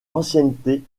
ancienneté